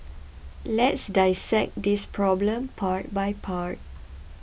let's dissect this problem part by part